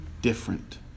different